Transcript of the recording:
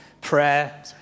prayer